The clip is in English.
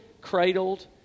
cradled